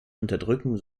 unterdrücken